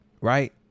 Right